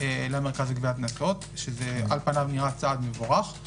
למרכז לגביית קנסות שעל פניו זה נראה צעד מבורך.